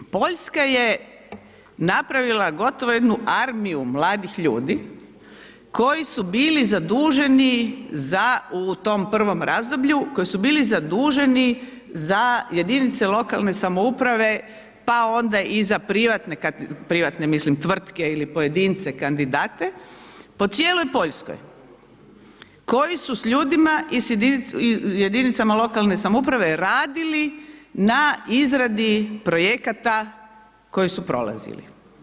Poljska je napravila gotovo jednu armiju mladih ljudi koji su bili zaduženi za, u tom prvom razdoblju, koji su bili zaduženi za jedinice lokalne samouprave, pa onda i za privatne, kad, privatne mislim tvrtke ili pojedince kandidate po cijeloj Poljskoj koji su s ljudima i s jedinicama i jedinicama lokalne samouprave radili na izradi projekata koji su prolazili.